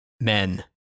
men